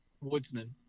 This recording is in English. woodsman